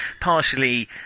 partially